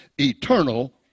eternal